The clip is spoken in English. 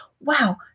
wow